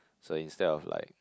so instead of like